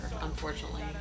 unfortunately